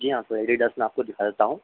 जी हाँ तो एडीडास मैं आपको दिखा देता हूँ